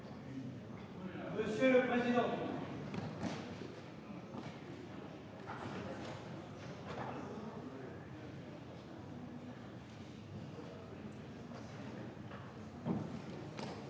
Monsieur le président,